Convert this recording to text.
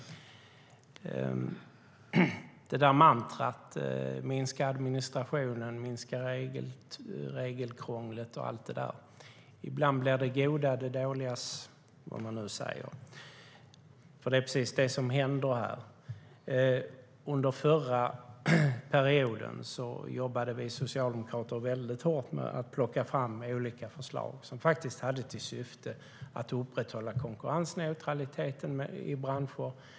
Det gäller det där mantrat om minskad administration, att minska regelkrånglet och allt det. Under förra perioden jobbade vi socialdemokrater hårt med att plocka fram olika förslag som hade till syfte att upprätthålla konkurrensneutraliteten i olika branscher.